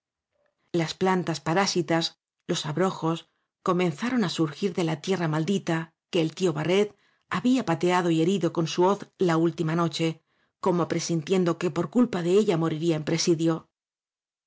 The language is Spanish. las plantas parásitas los abrojos comen zaron á surgir de la tierra maldita que el tío barret había pateado y herido con su hoz la última noche como presintiendo que por culpa de ella moriría en presidio